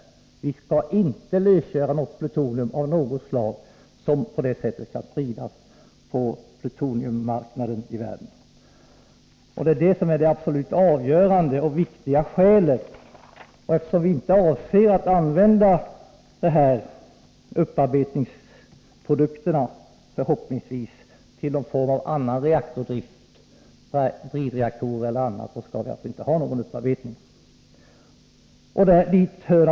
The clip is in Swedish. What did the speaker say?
Vi skall inte lösgöra plutonium av något slag så att det kan spridas till plutoniummarknaden i världen. Det är det absolut avgörande och viktiga skälet. Eftersom vi inte avser att använda upparbetningsprodukterna, förhoppningsvis, tills man har fått en annan reaktordrift — bridreaktorer eller andra — skall vi alltså inte ha någon upparbetning.